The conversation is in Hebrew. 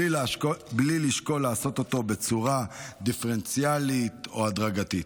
בלי לשקול לעשות אותו בצורה דיפרנציאלית או הדרגתית?